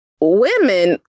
women